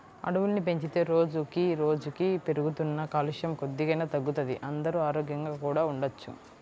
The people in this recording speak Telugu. అడవుల్ని పెంచితే రోజుకి రోజుకీ పెరుగుతున్న కాలుష్యం కొద్దిగైనా తగ్గుతది, అందరూ ఆరోగ్యంగా కూడా ఉండొచ్చు